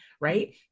right